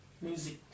Music